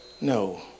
No